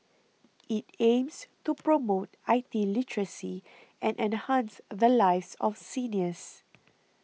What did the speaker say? it aims to promote I T literacy and enhance the lives of seniors